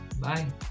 Bye